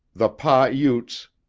the pah-utes,